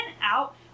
out